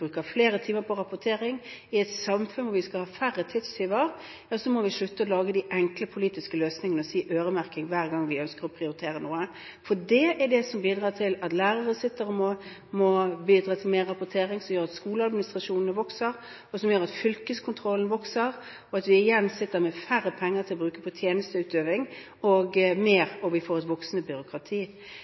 flere timer på rapportering. I et samfunn hvor vi skal ha færre tidstyver, må vi slutte å lage de enkle politiske løsningene og si «øremerking» hver gang vi ønsker å prioritere noe, for det er det som bidrar til at lærere sitter med mer rapportering, som gjør at skoleadministrasjonene vokser, at fylkeskontrollen vokser, at vi sitter igjen med færre penger å bruke på tjenesteutøving, og at vi får et voksende byråkrati.